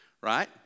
right